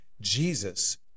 Jesus